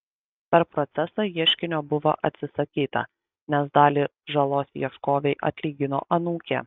per procesą ieškinio buvo atsisakyta nes dalį žalos ieškovei atlygino anūkė